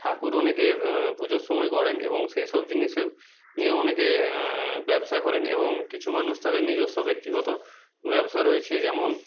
ঠাকুর অনেকে পুজোর সময় গড়েন এবং সেই সব জিনিসেও নিয়ে অনেকে ব্যবসা করে এবং কিছু মানুষ তাদের নিজস্ব ব্যক্তিগত ব্যবসা রয়েছে যেমন